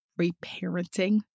reparenting